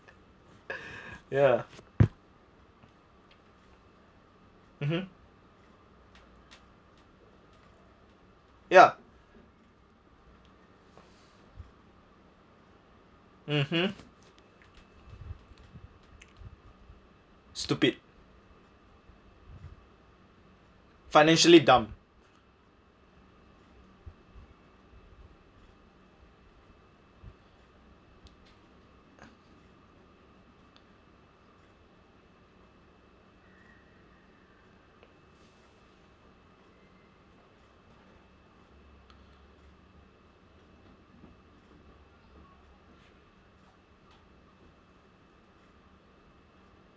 ya mmhmm ya mmhmm stupid financially dumb